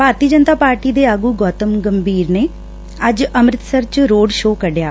ਭਾਰਤੀ Janata Party ਦੇ ਆਗੂ ਗੌਤਮ ਗੰਭੀਰ ਨੇ ਅੱਜ ਅੰਮ੍ਰਿਤਸਰ ਚ ਰੋਡ ਸ਼ੋਅ ਕੱਢਿਆ